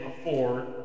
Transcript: afford